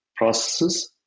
Processes